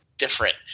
different